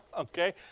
Okay